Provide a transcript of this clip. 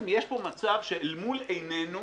יש פה מצב שאל מול עינינו,